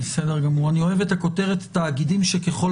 אני אוהב את הכותרת: תאגידים שככל